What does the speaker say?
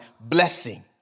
blessing